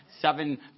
seven